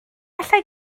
allai